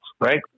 right